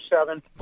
seven